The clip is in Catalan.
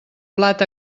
plat